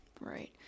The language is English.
Right